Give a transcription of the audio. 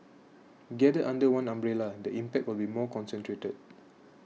gathered under one umbrella the impact will be more concentrated